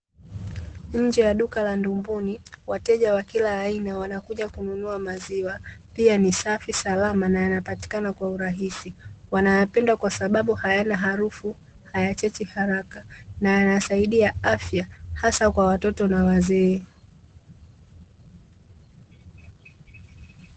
Nje ya duka la "NYUMBUN", wateja wa kila aina wanakuja kununua maziwa. Pia ni safi salama na yanapatikana kwa urahisi. Wanayapenda kwa sababu hayana harufu, hayachachi haraka, na yanasaidia afya hasa kwa watoto na wazee.